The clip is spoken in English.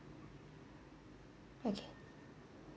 okay